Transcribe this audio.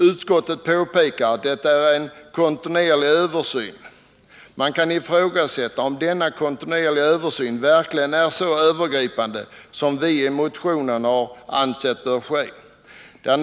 Utskottet påpekar att en kontinuerlig översyn pågår. Man kan ifrågasätta om denna kontinuerliga översyn verkligen är så övergripande som vi i motionen har ansett att den bör vara.